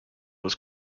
was